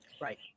Right